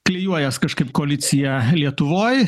klijuojasi kažkaip koalicija lietuvoj